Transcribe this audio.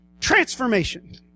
Transformation